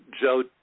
Joe